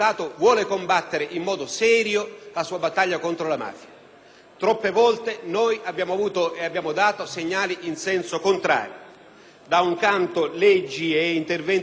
Troppe volte abbiamo dato segnali in senso contrario: da un canto leggi ed interventi legislativi che andavano in quella direzione, dall'altro comportamenti di fatto